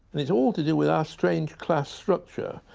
and it's all to do with our strange class structure.